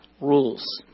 rules